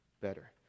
better